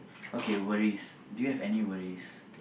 okay worries do you have any worries